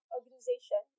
Organization